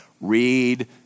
Read